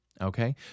Okay